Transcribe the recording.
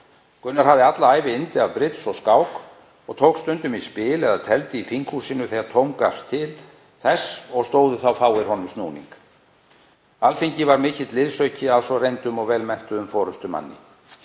Gunnar hafði alla ævi yndi af brids og skák og tók stundum í spil eða tefldi í þinghúsinu þegar tóm gafst til þess og stóðust þá fáir honum snúning. Alþingi var mikill liðsauki að svo reyndum og vel menntuðum forystumanni.